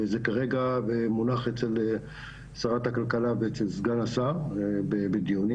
וזה כרגע מונח אצל שרת הכלכלה ואצל סגן השר בדיונים.